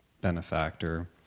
benefactor